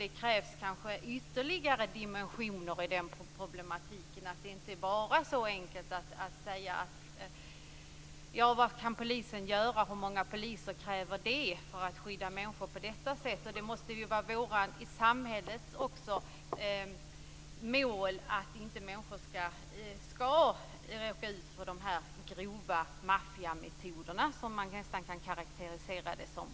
Det krävs ytterligare dimensioner i den problematiken. Det är inte bara så enkelt som att säga: Vad kan polisen göra, och hur många poliser krävs det för att skydda människor på ett visst sätt? Det måste också vara ett mål för samhället att människor inte skall råka ut för sådana här grova maffiametoder, som man nästan kan karakterisera dem som.